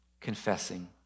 confessing